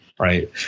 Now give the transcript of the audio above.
Right